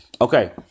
Okay